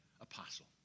apostle